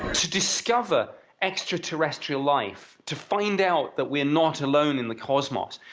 to discover extraterrestrial life to find out that we're not alone in the cosmos.